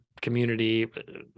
community